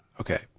okay